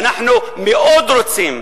אנחנו מאוד רוצים,